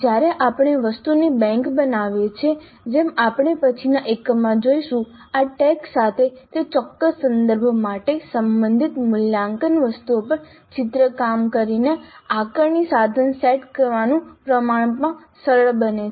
જ્યારે આપણે વસ્તુની બેંક બનાવીએ છીએ જેમ આપણે પછીના એકમમાં જોઈશું આ ટૅગ્સ સાથે તે ચોક્કસ સંદર્ભ માટે સંબંધિત મૂલ્યાંકન વસ્તુઓ પર ચિત્રકામ કરીને આકારણી સાધન સેટ કરવાનું પ્રમાણમાં સરળ બને છે